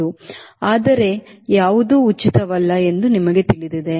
2 ರಿಂದ 5 ಕ್ಕೆ ಹೆಚ್ಚಿಸಬಹುದು ಆದರೆ ಯಾವುದೂ ಉಚಿತವಲ್ಲ ಎಂದು ನಿಮಗೆ ತಿಳಿದಿದೆ